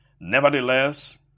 nevertheless